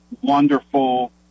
wonderful